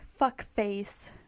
fuckface